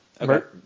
Okay